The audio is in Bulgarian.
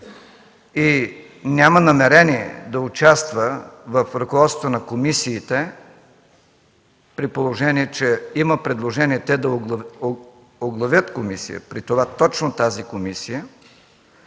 и няма намерение да участва в ръководството на комисиите, при положение, че има предложение те да оглавят комисии, при това точно тази комисия,